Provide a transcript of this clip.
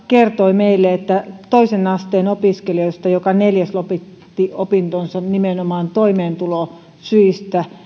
kertoi meille että toisen asteen opiskelijoista joka neljäs lopetti opintonsa nimenomaan toimeentulosyistä